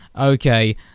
okay